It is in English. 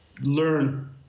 learn